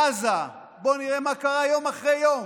בעזה בואו נראה מה קרה יום אחרי יום.